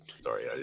sorry